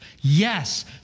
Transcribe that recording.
yes